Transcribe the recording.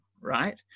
right